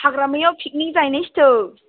हाग्रामायाव पिकनिक जाहैनोसै थौ